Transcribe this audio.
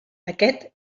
aquest